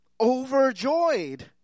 overjoyed